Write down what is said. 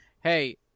hey